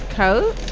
coat